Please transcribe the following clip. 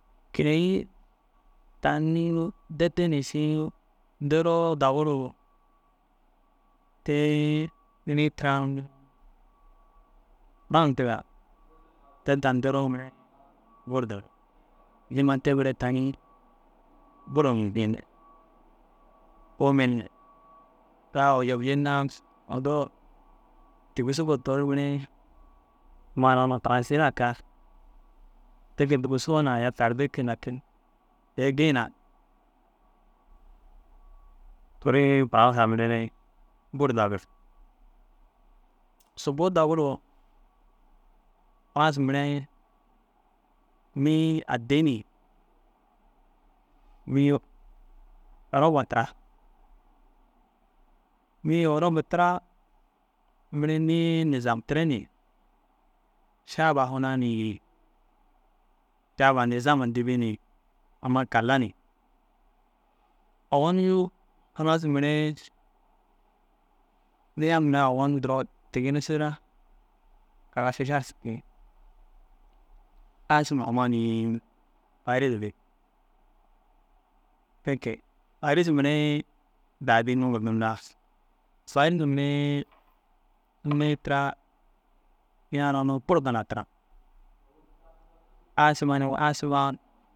Kôi tani deede na ši deroo daguu ru te nii tira unnu « Furas »ntiga. Te tani deroo mire bur dagir. Niima te mire tani bur ajobjii ne. da ojobji na ntoo tigisigoo toore mire amma ara furasina kege digisoo na aya tarde ke. Lakin te- u gii na teere furasa mire re na bur dagir. Sûubou daguru Furas mire nii addi ni nii eroba tira nii eroba tira ni mire nii nazamtire ni šaba hunaa ni šaba nazama dîri ni amma kalla ni. Owonni niyu halas mire mura duro tiginisida. Kaya da šiša ru ciki. Asuma huma ni « paris » intig. Te ke paris mire daa addi nûŋgur nintaar. Paris mire nii tira niya ara bur gala tira asuma huma asuma.